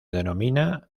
denomina